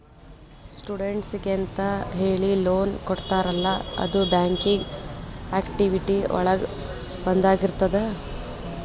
ಸ್ಟೂಡೆಂಟ್ಸಿಗೆಂತ ಹೇಳಿ ಲೋನ್ ಕೊಡ್ತಾರಲ್ಲ ಅದು ಬ್ಯಾಂಕಿಂಗ್ ಆಕ್ಟಿವಿಟಿ ಒಳಗ ಒಂದಾಗಿರ್ತದ